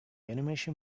animation